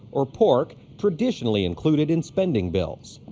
or pork, traditionally included in spending bills.